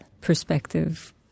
perspective